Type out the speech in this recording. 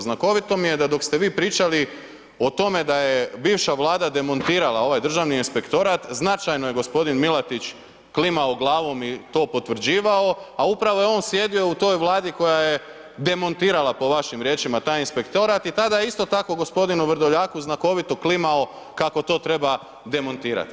Znakovito mi je da dok ste vi pričali o tome da je bivša Vlada demontirala ovaj Državni inspektorat, značajno je g. Milatić klimao glavom i to potvrđivao, a upravo je on sjedio u toj Vladi koja je demontirala po vašim riječima taj inspektorat i tada je isto tako g. Vrdoljaku znakovito klimao kako to treba demontirati.